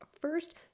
first